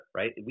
right